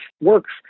works